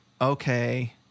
Okay